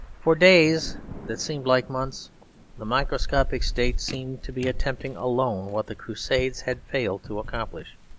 for days that seemed like months the microscopic state seemed to be attempting alone what the crusades had failed to accomplish.